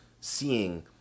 seeing